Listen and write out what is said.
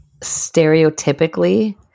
stereotypically